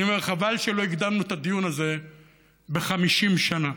אני אומר: חבל שלא הקדמנו את הדיון הזה ב-50 שנה,